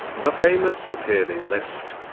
the famous materialist,